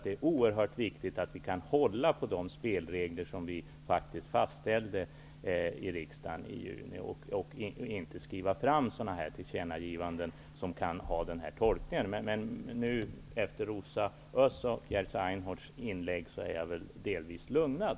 Det är oerhört viktigt att vi kan hålla oss till de spelregler som riksdagen fastställde i juni och inte föra fram tillkännagivanden som kan ges en sådan tolkning. Men efter Rosa Ösths och Jerzy Einhorns inlägg är jag delvis lugnad.